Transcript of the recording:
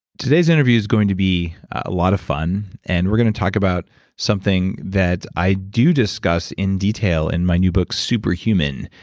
today's interview is going to be a lot of fun. and we're going to talk about something that i do discuss in detail in my new book, superhuman.